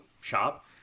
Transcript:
shop